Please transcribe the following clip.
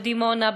בדימונה,